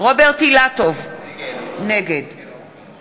רוברט אילטוב, נגד